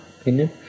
opinion